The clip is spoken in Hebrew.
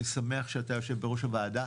אני שמח שאתה יושב בראש הוועדה.